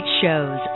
shows